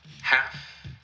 half